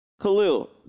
Khalil